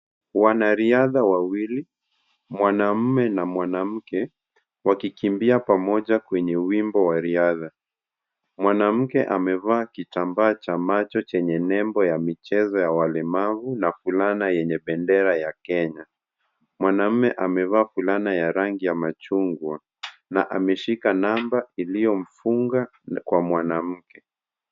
Wanariadha wawili, mwanaume na mwanamke wakikimbia pamoja kwenye wimbo wa riadha. Mwanamke amevaa kitambaa cha macho chenye nembo ya michezo ya walemavu na fulana yenye bendera ya Kenya. Mwanaume amevaa fulana ya rangi ya machungwa na ameshika namba iliyomfunga kwa mwanamke.